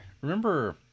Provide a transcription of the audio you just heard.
Remember